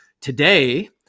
Today